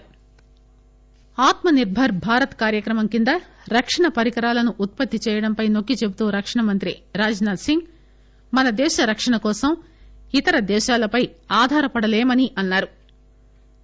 రాజ్ నాథ్ ఆత్మనిర్బర్ భారత్ కార్భక్రమం కింద రక్షణ పరికరాలను ఉత్పత్తి చేయడంపై నోక్కి చెబుతూ రక్షణ మంత్రి రాజ్ నాథ్ సింగ్ మనదేశ రక్షణ కోసం ఇతర దేశాలపై ఆధారపడలేమని అన్నారు